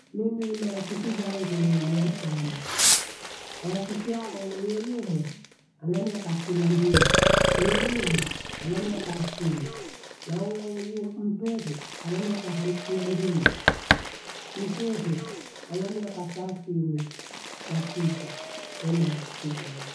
Mimi marafiki zangu ni washano. Na rafiki hao huyo yumwe, ana miaka stini na mbili, huyo yumwe ana miaka stini. Na huyo wenye mtohe ana miaka hamsini na mbili, mtohe ana miaka salasini na sita ni marafiki zangu.